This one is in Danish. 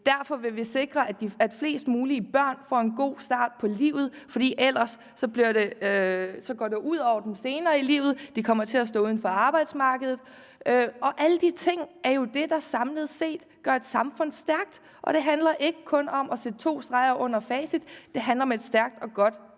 Derfor vil vi sikre, at flest mulige børn får en god start på livet, for ellers går det ud over dem senere i livet. Alle de ting er jo det, der samlet set gør et samfund stærkt, og det handler ikke kun om at kunne sætte to streger under facit. Det handler om et stærkt og godt velfærdssamfund.